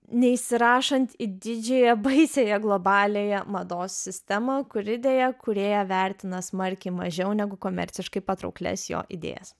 neįsirašant į didžiąją baisiąją globaliąją mados sistemą kuri deja kūrėją vertina smarkiai mažiau negu komerciškai patrauklias jo idėjas